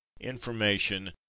information